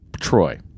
Troy